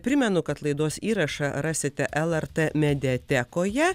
primenu kad laidos įrašą rasite lrt mediatekoje